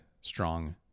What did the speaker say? Strong